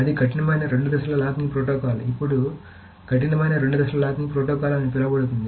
కాబట్టి అది కఠినమైన రెండు దశల లాకింగ్ ప్రోటోకాల్ అప్పుడు కఠినమైన రెండు దశల లాకింగ్ ప్రోటోకాల్ అని పిలువబడుతుంది